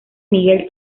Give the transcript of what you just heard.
miguel